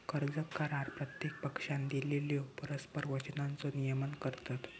कर्ज करार प्रत्येक पक्षानं दिलेल्यो परस्पर वचनांचो नियमन करतत